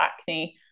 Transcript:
acne